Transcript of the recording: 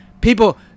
people